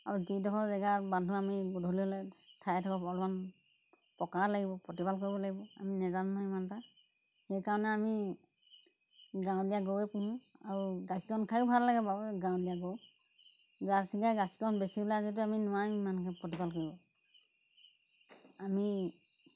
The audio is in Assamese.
আৰু যিডোখৰ জেগা বান্ধোঁ আমি গধূলি হ'লে ঠাইডখৰ অলমান পকা লাগিব প্ৰতিপাল কৰিব লাগিব আমি নাজানো নহয় ইমান এটা সেইকাৰণে আমি গাঁৱলীয়া গৰুৱে পোহোঁ আৰু গাখীৰকণ খায়ো ভাল লাগে বাৰু গাঁৱলীয়া গৰু জাৰ্চি গাই গাখীৰকণ বেছি ওলাই যদিও আমি নোৱাৰিম ইমানকৈ প্ৰতিপাল কৰিব আমি